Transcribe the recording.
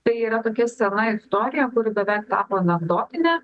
tai yra tokia sena istorija kuri beveik tapo anekdotine